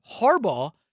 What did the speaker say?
Harbaugh